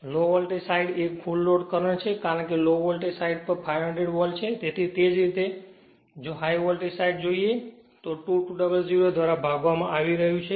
લો voltage સાઈડએ આ full load current છે કારણ કે લો વોલ્ટેજ સાઈડ પર 500 વોલ્ટ છે તેથી તે જ રીતે જો હાઇ વોલ્ટેજ સાઈડ જોઈએ તો ૨૨૦૦ ધ્વારા ભાગવામાં આવી શકે છે